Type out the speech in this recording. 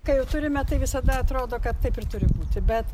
ką jau turime tai visada atrodo kad taip ir turi būti bet